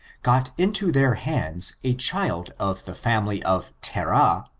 got into their hands a child of the family of terah,